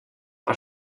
per